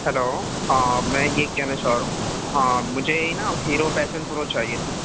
hello ہاں میں یہ کہنا چاہ رہا ہوں ہاں مجھے نا ہیرو پیشن پرو چاہیے تھی